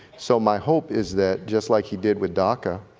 so my hope is that just like he did with doca,